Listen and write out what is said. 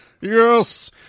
Yes